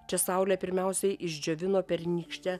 čia saulė pirmiausiai išdžiovino pernykštę